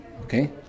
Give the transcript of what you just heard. Okay